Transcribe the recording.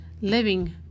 living